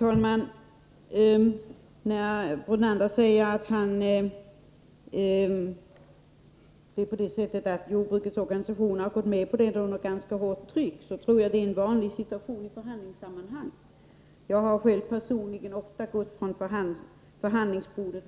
Herr talman! Lennart Brunander säger att jordbrukets organisationer har gått med på rådgivningsavgiften under ganska hårt tryck, och jag tror att det är en vanlig situation i förhandlingssammanhang. Jag har själv ofta gått mycket tillplattad från förhandlingsbordet,